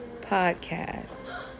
podcast